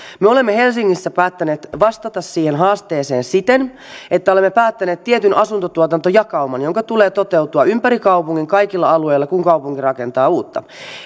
me olemme helsingissä päättäneet vastata siihen haasteeseen siten että olemme päättäneet tietyn asuntotuotantojakauman jonka tulee toteutua ympäri kaupungin kaikilla alueilla kun kaupunki rakentaa uutta